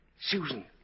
Susan